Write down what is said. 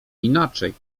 inaczej